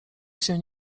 się